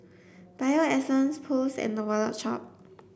Bio Essence Post and The Wallet Shop